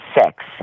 sex